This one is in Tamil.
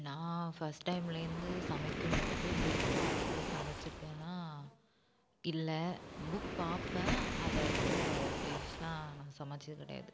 நான் ஃபஸ்ட் டைம்லேருந்து சமைக்கும் போது புக் பார்த்து சமைச்சுருக்கேனா இல்லை புக் பார்ப்பேன் அதில் இருக்க டிஷ்லாம் நான் சமைத்தது கிடையாது